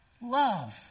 love